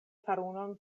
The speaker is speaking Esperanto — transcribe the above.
farunon